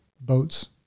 boats